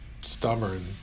stubborn